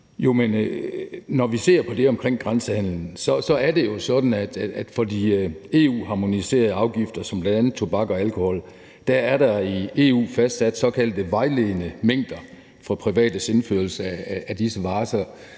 når vi ser på det omkring grænsehandelen, er det jo sådan, at der for varer med EU-harmoniserede afgifter som bl.a. tobak og alkohol i EU er fastsat såkaldte vejledende mængder for privates indførsel af dem, så